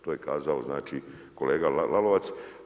To je kazao znači, kolega Lalovac.